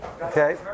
Okay